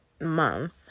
month